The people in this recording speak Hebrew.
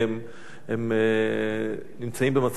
הם נמצאים במצב מאוד מאוד קשה.